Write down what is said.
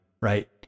right